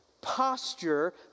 posture